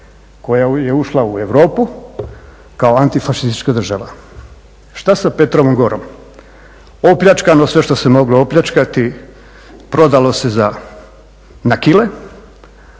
koja je ušla u Europu kao antifašistička država. Šta sa Petrovom Gorom? Opljačkano sve što se moglo opljačkati, prodalo se na kile.